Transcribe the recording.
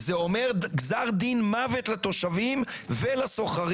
זה אומר גזר דין מוות לתושבים ולסוחרים,